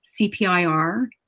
CPIR